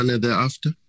thereafter